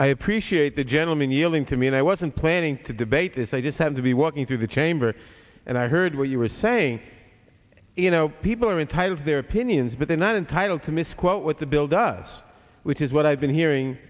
i appreciate the gentleman yielding to me and i wasn't planning to debate this i just had to be walking through the chamber and i heard what you were saying you know people are entitled to their opinions but they're not entitled to misquote what the bill does which is what i've been hearing